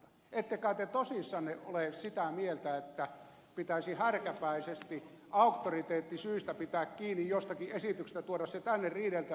ette kai te tosissanne ole sitä mieltä että pitäisi härkäpäisesti auktoriteettisyistä pitää kiinni jostakin esityksestä ja tuoda se tänne riideltäväksi